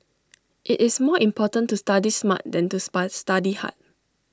IT is more important to study smart than to spa study hard